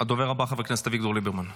הדובר הבא, חבר הכנסת אביגדור ליברמן.